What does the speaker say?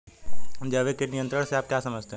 जैविक कीट नियंत्रण से आप क्या समझते हैं?